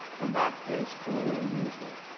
and that is truly unusual,